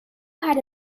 had